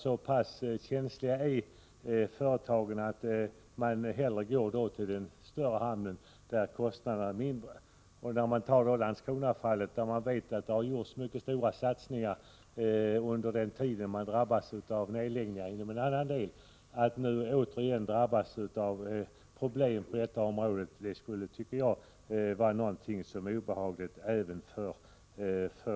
Så pass känsliga är nämligen företagen att de hellre anlitar den — Nr 149 större hamnen, där kostnaderna är lägre. Om t.ex. Landskrona, där mycket ;; S . 7; Onsdagen den stora satsningar har gjorts på det här området under den tid varvet tvingades 22 maj 1985 till nedläggningar inom en annan del av verksamheten, återigen skulle drabbas av problem tycker jag att även Rune Carlstein skulle se detta som en Tullförrättningsav obehaglig utveckling.